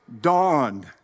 dawned